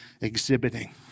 exhibiting